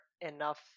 enough